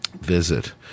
visit